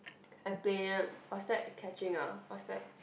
I play what's that catching ah what's that